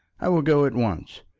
i will go at once.